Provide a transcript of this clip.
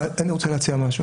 אני רוצה להציע משהו